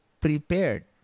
Prepared